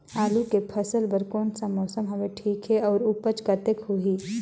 आलू के फसल बर कोन सा मौसम हवे ठीक हे अउर ऊपज कतेक होही?